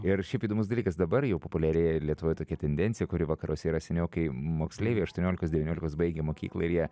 ir šiaip įdomus dalykas dabar jau populiarėja ir lietuvoje tokia tendencija kuri vakaruose yra seniau kai moksleiviai aštuoniolikos devyniolikos baigia mokyklą ir jie